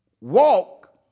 walk